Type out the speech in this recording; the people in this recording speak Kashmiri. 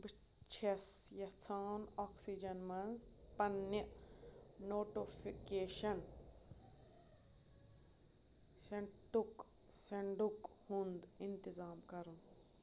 بہٕ چھَس یژھان آکسِجن منٛز پننہِ نوٹوفِکیٚشن سٮ۪نٛٹُک سٮ۪نٛڈُک ہُنٛد انتِظام کرُن